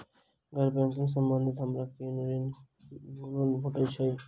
गैर बैंकिंग संबंधित हमरा केँ कुन ऋण वा लोन भेट सकैत अछि?